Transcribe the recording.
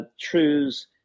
truths